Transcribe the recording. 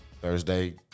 Thursday